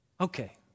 Okay